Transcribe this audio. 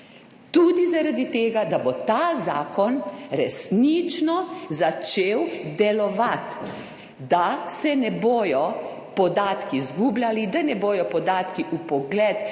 tudi zaradi tega, da bo ta zakon resnično začel delovati, da se ne bodo podatki izgubljali, da ne bodo podatki vpogled tistim,